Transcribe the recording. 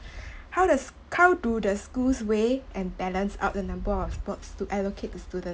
how does how do the schools weigh and balance out the number of sports to allocate the student